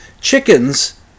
chickens